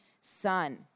son